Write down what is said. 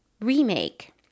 Remake